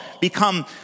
become